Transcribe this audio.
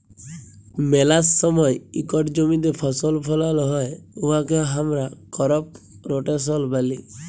ম্যালা সময় ইকট জমিতে ফসল ফলাল হ্যয় উয়াকে আমরা করপ রটেশল ব্যলি